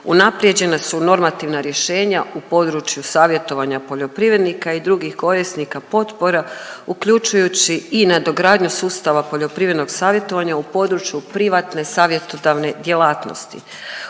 unaprjeđenja su normativna rješenja u području savjetovanja poljoprivrednika i drugih korisnika potpora, uključujući i nadogradnju sustava poljoprivrednog savjetovanja u području privatne savjetodavne djelatnosti.